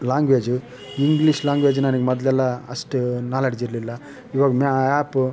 language English language ನನಗೆ ಮೊದಲೆಲ್ಲ ಅಷ್ಟು ನಾಲೆಡ್ಜ್ ಇರಲಿಲ್ಲ ಇವಾಗ ಮ್ ಆ್ಯಪ